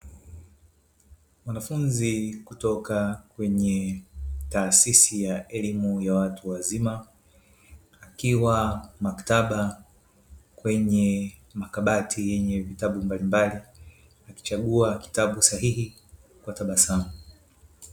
Mwanafunzi kutoka kwenye taasisi ya elimu ya watu wazima wakiwa maktaba kwenye makabati yenye vitabu mbalimbali wakichagua kitabu sahihi kwa tabasamu.